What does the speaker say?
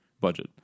budget